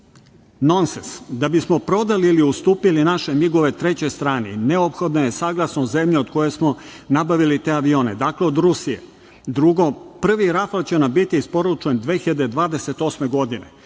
Nonsens da bismo prodali i ustupili naše migove trećoj strani, neophodno je saglasnost zemlje od koje smo nabavili te avione, dakle od Rusije. Prvi rafal će nam biti isporučen 2028. godine